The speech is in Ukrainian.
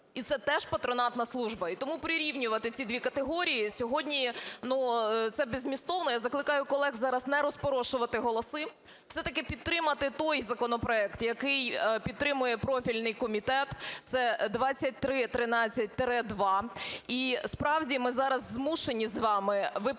І це теж патронатна служба. І тому прирівнювати ці дві категорії сьогодні це беззмістовно. Я закликаю колег зараз не розпорошувати голоси, все-таки підтримати той законопроект, який підтримує профільний комітет, це 2313-2. І, справді, ми зараз змушені з вами виправляти